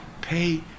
pay